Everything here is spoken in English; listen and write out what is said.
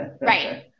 Right